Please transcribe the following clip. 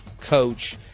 coach